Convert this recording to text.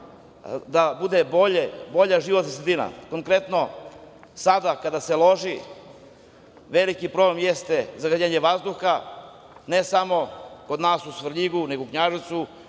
da bude bolja životna sredina. Konkretno, sada, kada se loži, veliki problem jeste zagađenje vazduha, ne samo kod nas u Svrljigu nego u Knjaževcu,